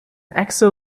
exo